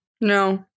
No